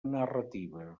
narrativa